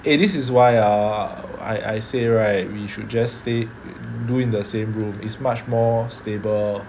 eh this is why ah I I say right we should just stay do in the same room it's much more stable